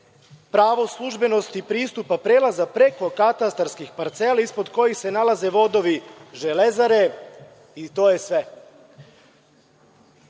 pravo službenosti pristupa, prelaza preko katastarskih parcela ispod kojih se nalaze vodovi „Železare“ i to je sve.